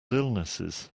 illnesses